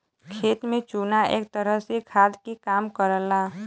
खेत में चुना एक तरह से खाद के काम करला